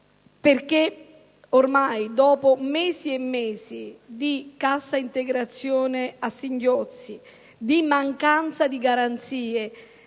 Pomigliano, dopo mesi e mesi di cassa integrazione a singhiozzo, di mancanza di garanzie,